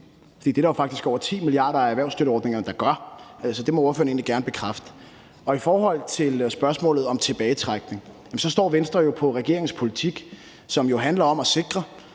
det er der jo faktisk over 10 milliarder af erhvervsstøtteordningerne der gør. Så det må ordføreren egentlig gerne bekræfte. I forhold til spørgsmålet om tilbagetrækning står Venstre jo på regeringens politik, som handler om at sikre,